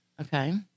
Okay